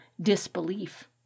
disbelief